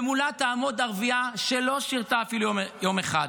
ומולה תעמוד ערבייה שלא שירתה אפילו יום אחד,